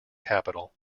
capital